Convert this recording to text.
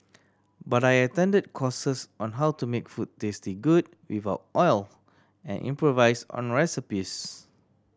but I attended courses on how to make food taste good without oil and improvise on recipes